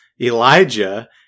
Elijah